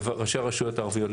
לראשי הרשויות הערביות,